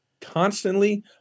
constantly